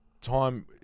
time